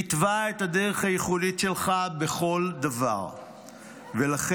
התווה את הדרך הייחודית שלך בכל דבר ולכן,